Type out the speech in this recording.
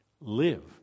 Live